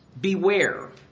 Beware